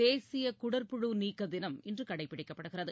தேசியகுடற்புழு நீக்கதினம் இன்றுகடைப்பிடிக்கப்படுகிறது